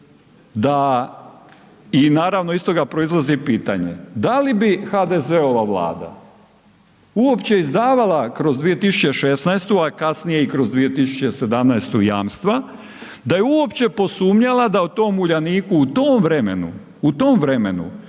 da i naravno proizlazi pitanje, da li bi HDZ-ova Vlada uopće izdavala kroz 2016., a kasnije i kroz 2017. jamstva da je uopće posumnjala da u tom Uljaniku u tom vremenu nešto ne